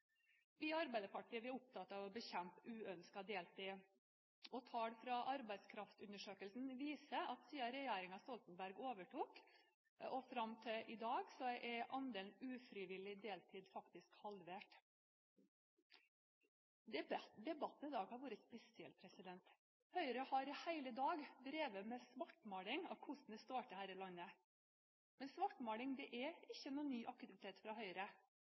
vårt. I Arbeiderpartiet er vi opptatt av å bekjempe uønsket deltid. Tall fra Arbeidskraftundersøkelsen viser at siden regjeringen Stoltenberg overtok og fram til i dag er andelen ufrivillig deltid faktisk halvert. Debatten i dag har vært spesiell. Høyre har i hele dag drevet med svartmaling av hvordan det står til her i landet. Men svartmaling er ingen ny aktivitet fra Høyre.